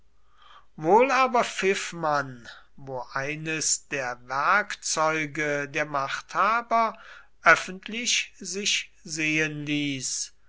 wohl aber pfiff man wo eines der werkzeuge der machthaber öffentlich sich sehen ließ